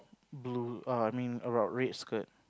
blue err I mean err red skirt